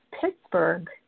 Pittsburgh